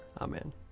Amen